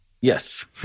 Yes